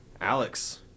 Alex